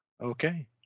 Okay